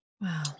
Wow